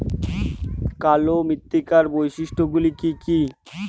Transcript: কালো মৃত্তিকার বৈশিষ্ট্য গুলি কি কি?